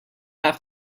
have